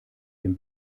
dem